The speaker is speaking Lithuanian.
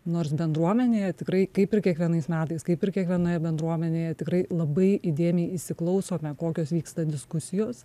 nors bendruomenėje tikrai kaip ir kiekvienais metais kaip ir kiekvienoje bendruomenėje tikrai labai įdėmiai įsiklauso kokios vyksta diskusijos